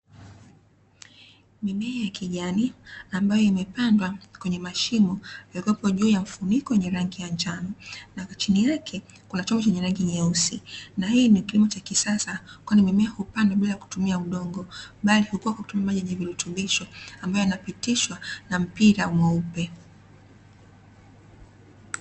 Mimea ya kijani ambayo imepandwa kwenye mashimo yaliyokuwepo juu ya mfuniko wenye rangi ya njano na kwa chini yake kuna chombo chenye rangi nyeusi, na hii ni kilimo cha kisasa kwani mimea hupandwa bila kutumia udongo bali hukua kwa kutumia maji yenye virutubisho ambayo yanapitishwa na mpira mweupe.